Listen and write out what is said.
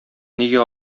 нигә